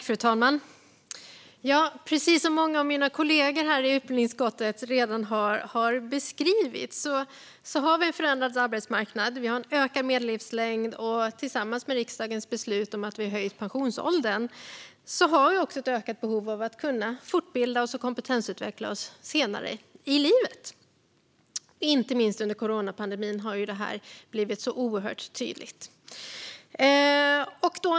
Fru talman! Precis som många av mina kollegor i utbildningsutskottet redan har beskrivit har vi en förändrad arbetsmarknad och en ökad medellivslängd. Tillsammans med riksdagens beslut om höjd pensionsålder gör detta att vi har ett ökat behov av att kunna fortbilda och kompetensutveckla oss senare i livet. Inte minst under coronapandemin har det här blivit oerhört tydligt.